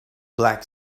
black